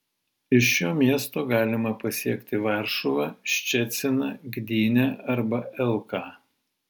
iš šio miesto galima pasiekti varšuvą ščeciną gdynę arba elką